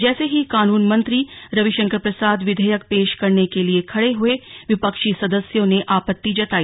जैसे ही कानून मंत्री रविशंकर प्रसाद विधेयक पेश करने के लिए खड़े हुए विपक्षी सदस्यों ने आपत्ति जताई